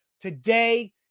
today